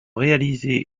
réalisé